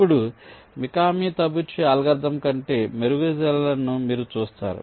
ఇప్పుడు Mikami Tabuchi algorithm కంటే మెరుగుదలను మీరు చూస్తారు